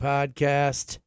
Podcast